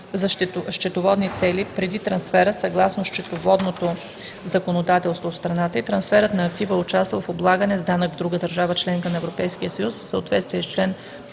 за счетоводни цели преди трансфера съгласно счетоводното законодателство в страната и трансферът на актива е участвал в облагане с данък в друга държава – членка на Европейския съюз, в съответствие с чл.